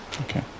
Okay